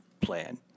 plan